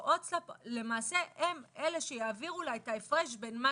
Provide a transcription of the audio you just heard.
כשההוצאה לפועל למעשה הם אלה שיעבירו לה את ההפרש בין מה